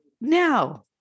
now